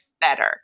better